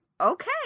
okay